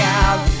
out